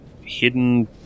hidden